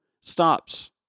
stops